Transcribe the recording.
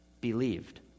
believed